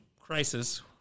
crisis